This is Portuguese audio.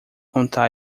contar